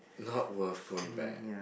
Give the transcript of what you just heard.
not worth going back